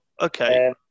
okay